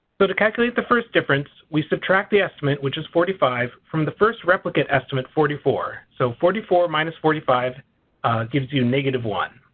so to calculate the first difference we subtract the estimate which is forty five from the first replicate estimate forty four. so forty four minus forty five gives you one.